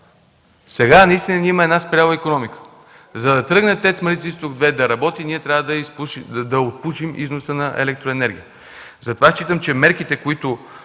Сега наистина има една спряла икономика. За да тръгне ТЕЦ „Марица Изток 2” да работи, ние трябва да отпушим износа на електроенергия. Затова считам, че мерките, които